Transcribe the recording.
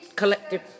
collective